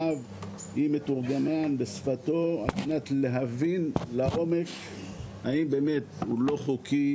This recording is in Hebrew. מתורגמן בשפתו על מנת להבין לעומק האם באמת הוא לא חוקי